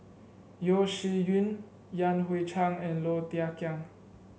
Yeo Shih Yun Yan Hui Chang and Low Thia Khiang